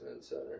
center